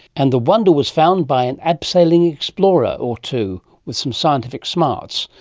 and the wonder was found by an abseiling explorer or two with some scientific smarts,